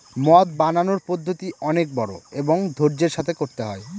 মদ বানানোর পদ্ধতি অনেক বড়ো এবং ধৈর্য্যের সাথে করতে হয়